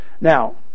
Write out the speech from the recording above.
Now